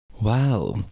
Wow